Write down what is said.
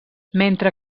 mentre